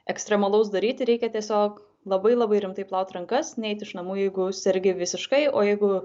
ekstremalaus daryti reikia tiesiog labai labai rimtai plaut rankas neit iš namų jeigu sergi visiškai o jeigu